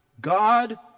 God